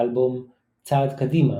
באלבום "צעד קדימה"